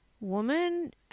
woman